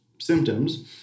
symptoms